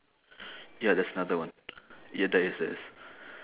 ya there's another one ya there is there is